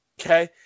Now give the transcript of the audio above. okay